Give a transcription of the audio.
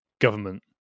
government